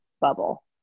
bubble